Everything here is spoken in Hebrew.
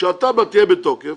כשהתב"ע תהיה בתוקף